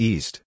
East